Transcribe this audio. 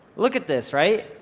look at this, right?